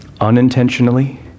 Unintentionally